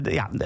ja